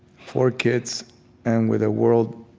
four kids and with a world